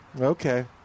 Okay